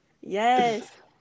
Yes